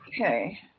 Okay